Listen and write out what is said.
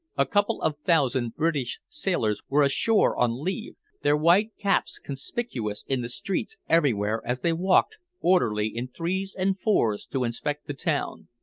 a couple of thousand british sailors were ashore on leave, their white caps conspicuous in the streets everywhere as they walked orderly in threes and fours to inspect the town.